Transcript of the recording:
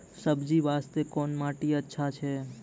सब्जी बास्ते कोन माटी अचछा छै?